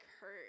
hurt